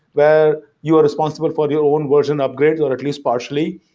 where you are responsible for your own version upgrade or at least partially,